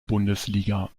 bundesliga